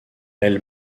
elle